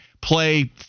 play